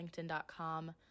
linkedin.com